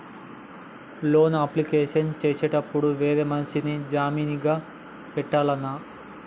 Loan application చేసేటప్పుడు వేరే మనిషిని జామీన్ గా పెట్టాల్నా?